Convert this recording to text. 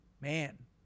Man